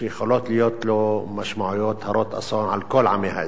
שיכולות להיות לו משמעויות הרות אסון על כל עמי האזור.